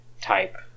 type